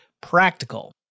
practical